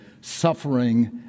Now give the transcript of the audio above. Suffering